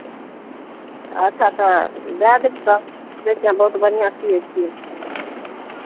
अच्छा तऽ दए देब तऽ सुनै छियै अहाँ बहुत बढ़िआँ सियै छियै